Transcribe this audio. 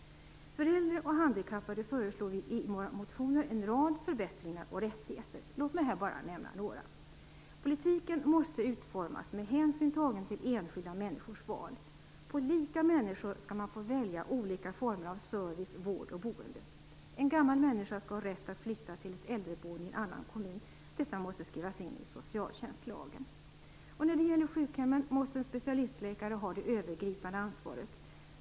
För äldre och handikappade föreslår vi i våra motioner en rad förbättringar och rättigheter. Låt mig här bara nämna några. Politiken måste utformas med hänsyn tagen till enskilda människors val. På lika villkor skall man få välja mellan olika former av service, vård och boende. En gammal människa skall ha rätt att flytta till ett äldreboende i en annan kommun. Detta måste skrivas in i socialtjänstlagen. När det gäller sjukhemmen måste en specialistläkare ha det övergripande ansvaret.